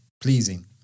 pleasing